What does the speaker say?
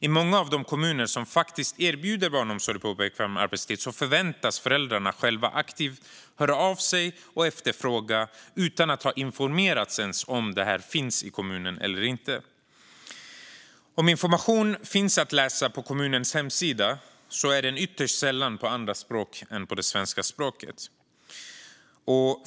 I många av de kommuner som faktiskt erbjuder barnomsorg på obekväm arbetstid förväntas föräldrarna själva aktivt höra av sig och efterfråga den utan att ens ha informerats om huruvida den finns eller inte. Om information finns på kommunens hemsida är den ytterst sällan på andra språk än svenska.